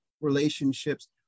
relationships